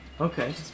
Okay